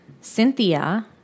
Cynthia